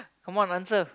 come on answer